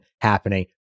happening